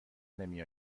نمی